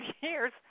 years